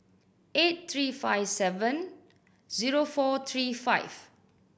eight three five seven zero four three five